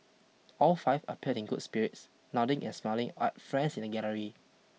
all five appeared in good spirits nodding and smiling at friends in the gallery